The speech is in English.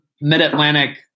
mid-Atlantic